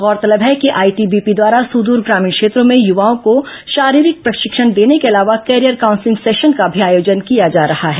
गौरतलब है कि आईटीबीपी द्वारा सुद्र ग्रामीण क्षेत्रों में यूवाओं को शरीरिक प्रशिक्षण देने के अलावा कॅरियर काउंसलिंग सेशन का भी आयोजन किया जा रहा है